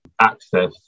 access